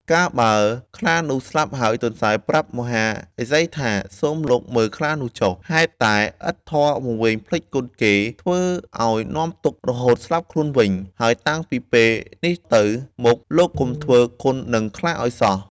កាលបើខ្លានោះស្លាប់ហើយ ទន្សាយប្រាប់មហាឫសីថា សូមលោកមើលខ្លានោះចុះ ហេតុតែឥតធម៌វង្វេងភ្លេចគុណគេ ធ្វើឱ្យនាំទុក្ខរហូតស្លាប់ខ្លួនវិញ ហើយតាំងពីពេលនេះទៅមុខ លោកកុំធ្វើគុណនឹងខ្លាឱ្យសោះ។